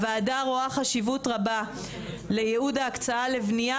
הוועדה רואה חשיבות רבה לייעוד ההקצאה לבנייה